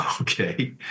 okay